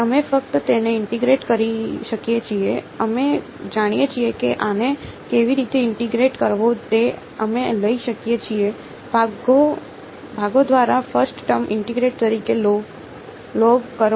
અમે ફક્ત તેને ઇન્ટીગ્રેટ કરી શકીએ છીએ અમે જાણીએ છીએ કે આને કેવી રીતે ઇન્ટીગ્રેટ કરવો તે અમે લઈ શકીએ છીએ ભાગો દ્વારા ફર્સ્ટ ટર્મ ઇન્ટીગ્રેટ તરીકે લૉગ કરો